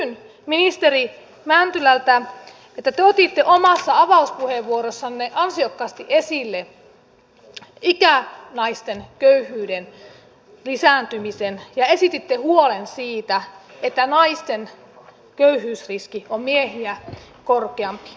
kysyn ministeri mäntylältä kun te otitte omassa avauspuheenvuorossanne ansiokkaasti esille ikänaisten köyhyyden lisääntymisen ja esititte huolen siitä että naisten köyhyysriski on miehiä korkeampi